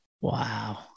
Wow